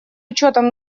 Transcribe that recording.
учетом